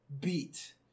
beat